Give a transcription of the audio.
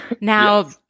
Now